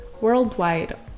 Worldwide